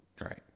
Right